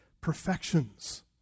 perfections